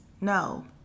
no